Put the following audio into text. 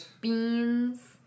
beans